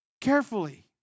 carefully